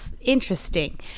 interesting